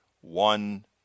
one